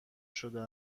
شده